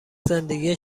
زندگی